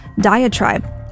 diatribe